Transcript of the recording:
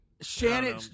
Shannon